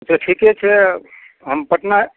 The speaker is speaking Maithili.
से ठीके छै हम पटना